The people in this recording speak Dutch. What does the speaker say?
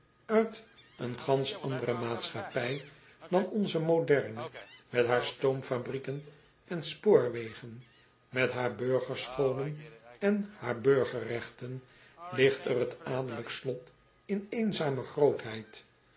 uit een gansch andere maatschappij dan onze moderne met haar stoomfabrieken en spoorwegen met haar burgerscholen en haar burgerregten ligt er het adellijk slot in eenzame grootheid